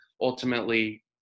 ultimately